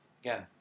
again